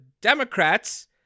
Democrats